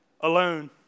alone